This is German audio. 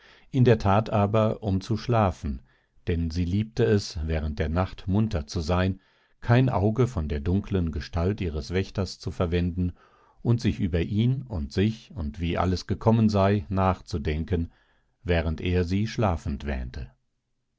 in der tat aber um zu schlafen denn sie liebte es während der nacht munter zu sein kein auge von der dunklen gestalt ihres wächters zu verwenden und über ihn und sich und wie alles gekommen sei nachzudenken während er sie schlafend wähnte